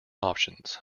options